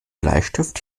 bleistift